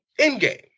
Endgame